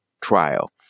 trial